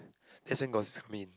that's when got zoom in